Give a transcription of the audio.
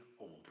older